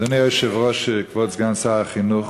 אדוני היושב-ראש, כבוד סגן שר החינוך,